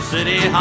City